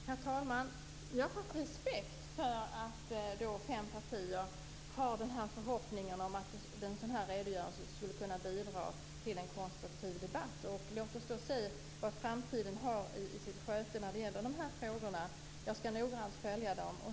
Herr talman! Jag har respekt för att fem partier har den förhoppningen att en sådan här redogörelse skulle kunna bidra till en konstruktiv debatt. Låt oss se vad framtiden har i sitt sköte när det gäller de här frågorna! Jag skall noggrant följa dem.